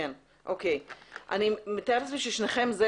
אני מתארת לעצמי ששניכם,